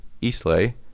Eastleigh